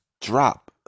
drop